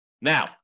Now